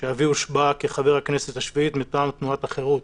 כשאבי הושבע לחבר הכנסת השביעית מטעם תנועת החירות,